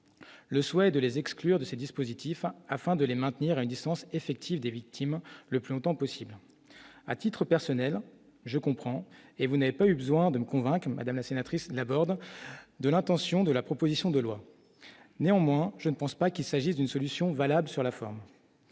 le souhait de les exclure de ce dispositif afin de les maintenir à distance effective des victimes le plus longtemps possible à titre personnel, je comprends, et vous n'avez pas eu besoin de me convaincre, Madame la sénatrice n'aborde de l'intention de la proposition de loi, néanmoins, je ne pense pas qu'il s'agisse d'une solution valable sur la forme,